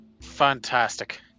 Fantastic